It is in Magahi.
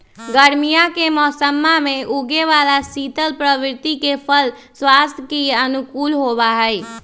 गर्मीया के मौसम्मा में उगे वाला शीतल प्रवृत्ति के फल स्वास्थ्य के अनुकूल होबा हई